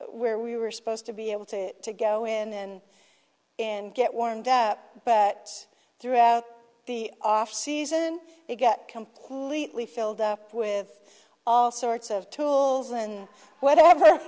where we were supposed to be able to go in and get warmed up but throughout the off season they get completely filled up with all sorts of tools and whatever